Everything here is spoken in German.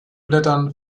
blättern